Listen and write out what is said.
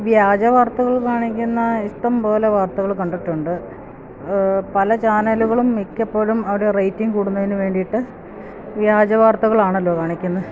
വ്യാജ വാർത്തകൾ കാണിക്കുന്ന ഇഷ്ടം പോലെ വാർത്തകൾ കണ്ടിട്ടുണ്ട് പല ചാനലുകളും മിക്കപ്പോഴും അവരുടെ റേറ്റിംഗ് കൂടുന്നതിന് വേണ്ടിയിട്ട് വ്യാജ വാർത്തകളാണല്ലോ കാണിക്കുന്നത്